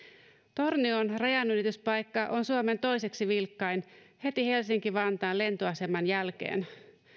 tornion rajanylityspaikka on suomen toiseksi vilkkain heti helsinki vantaan lentoaseman jälkeen